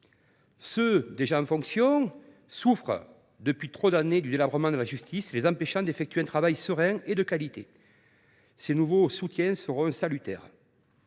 Les agents déjà en fonction souffrent depuis trop d’années du délabrement de la justice, cette situation les empêchant d’effectuer un travail serein et de qualité. Ces nouveaux soutiens seront donc salutaires.